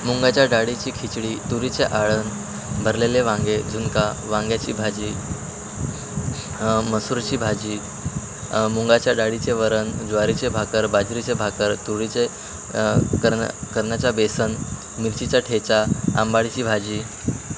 मुगाच्या डाळीची खिचडी तुरीचे आळन भरलेले वांगे झुणका वांग्याची भाजी मसूरची भाजी मुगाच्या डाळीचे वरण ज्वारीचे भाकर बाजरीचे भाकर तुरीचे करना करनाच्या बेसन मिरचीचा ठेचा आंबाडीची भाजी